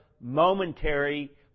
momentary